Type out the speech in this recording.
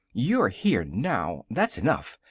you're here now. that's enough.